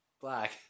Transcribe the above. Black